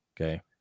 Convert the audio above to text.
Okay